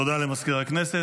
תודה למזכיר הכנסת.